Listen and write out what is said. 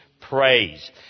praise